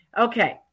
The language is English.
Okay